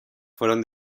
fueron